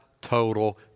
total